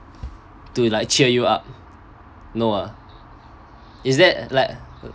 to like cheer you up no ah is that like